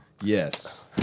Yes